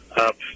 up